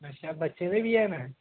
अच्छा बच्चे दे बी हैन